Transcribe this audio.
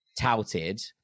touted